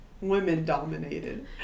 women-dominated